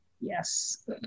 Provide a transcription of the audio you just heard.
Yes